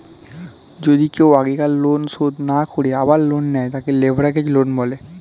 যদি কেও আগেকার লোন শোধ না করে আবার লোন নেয়, তাকে লেভেরাগেজ লোন বলে